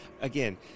again